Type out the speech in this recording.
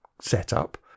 setup